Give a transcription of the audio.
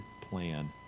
plan